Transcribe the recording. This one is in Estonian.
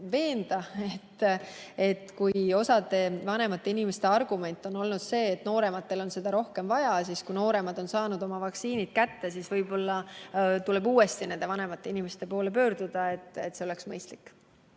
veenda. Kui osa vanemate inimeste argument on olnud see, et noorematel on seda rohkem vaja, siis kui nooremad on oma vaktsiinid kätte saanud, tuleb võib-olla uuesti nende vanemate inimeste poole pöörduda. See oleks mõistlik.